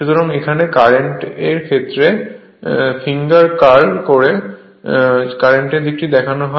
সুতরাং এখানে কারেন্ট এর ক্ষেত্রে ফিঙ্গার কার্ল করে কারেন্টের দিকটি দেখানো হয়